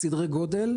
בסדרי גודל,